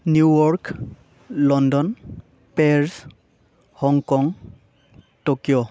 new York London Paris Hong Kong Tokyo